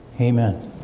amen